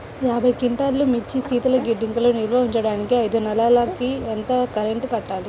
యాభై క్వింటాల్లు మిర్చి శీతల గిడ్డంగిలో నిల్వ ఉంచటానికి ఐదు నెలలకి ఎంత రెంట్ కట్టాలి?